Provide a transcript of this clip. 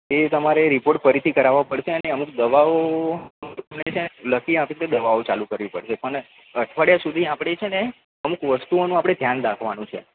એ તમારે રિપોર્ટ ફરીથી કરાવવા પડશે અને અમુક દવાઓ હું તમને છે ને લખી આપીશ એ દવાઓ ચાલું કરવી પડશે પણ અઠવાડિયા સુધી આપણે છે ને અમુક વસ્તુઓનું આપણે ધ્યાન રાખવાનું છે